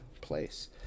place